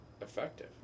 effective